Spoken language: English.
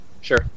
Sure